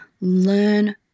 learn